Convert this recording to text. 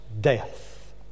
death